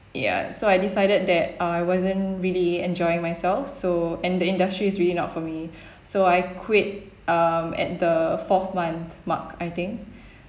ya so I decided that uh I wasn't really enjoying myself so and the industry is really not for me so I quit um at the fourth month mark I think